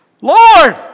Lord